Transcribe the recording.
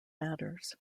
matters